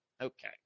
Okay